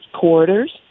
corridors